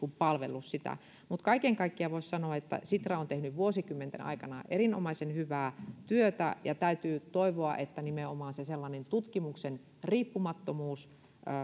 palvellut sitä mutta kaiken kaikkiaan voisi sanoa että sitra on tehnyt vuosikymmenten aikana erinomaisen hyvää työtä ja täytyy toivoa että nimenomaan se sellainen tutkimuksen riippumattomuus